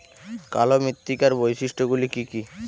কালো মৃত্তিকার বৈশিষ্ট্য গুলি কি কি?